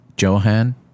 Johan